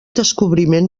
descobriment